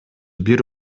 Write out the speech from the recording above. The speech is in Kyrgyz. бир